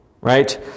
right